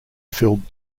filled